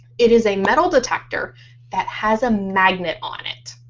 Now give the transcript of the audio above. it is a metal detector that has a magnet on it.